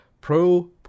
Pro